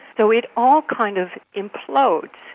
so it all kind of implodes,